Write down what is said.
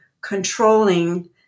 controlling